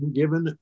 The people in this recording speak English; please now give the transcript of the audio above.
given